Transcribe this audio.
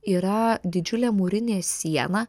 yra didžiulė mūrinė siena